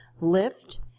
lift